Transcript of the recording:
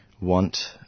want